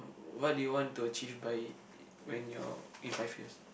what do you want to achieve by when you're in five years